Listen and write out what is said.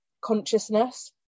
consciousness